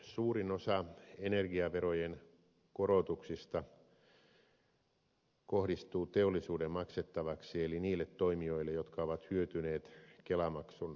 suurin osa energiaverojen korotuksista tulee teollisuuden maksettavaksi eli kohdistuu niille toimijoille jotka ovat hyötyneet kelamaksun poistosta